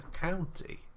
County